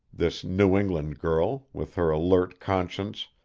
this new england girl, with her alert conscience,